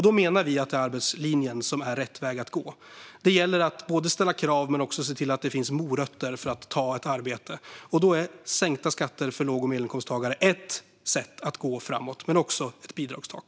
Vi menar att det är arbetslinjen som är rätt väg att gå. Det gäller att ställa krav men också se till att det finns morötter för människor att ta ett arbete. Då är sänkta skatter för låg och medelinkomsttagare ett sätt att gå framåt - men också ett bidragstak.